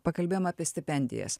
pakalbėjom apie stipendijas